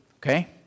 okay